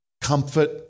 comfort